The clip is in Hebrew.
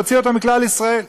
להוציא אותם מכלל ישראל.